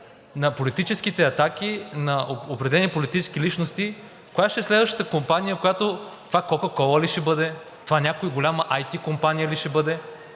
на политическите атаки на определени политически личности? Коя ще е следващата компания – това „Кока-кола“ ли ще бъде, това някоя голяма IT компания ли ще бъде?